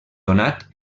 donat